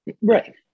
Right